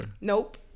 Nope